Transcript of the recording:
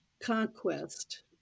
conquest